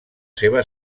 seva